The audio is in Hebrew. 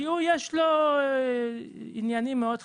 יש לו עניינים מאוד חשובים.